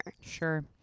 sure